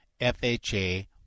FHA